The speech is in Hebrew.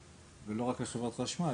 לפני 2024 לא ניתן לגשת לפרויקטים.